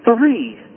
three